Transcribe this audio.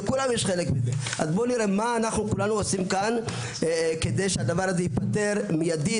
בואו נראה מה עושים כאן כדי שהדבר ייפתר מיידית.